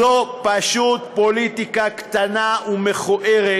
זו פשוט פוליטיקה קטנה ומכוערת,